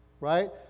Right